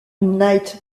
knight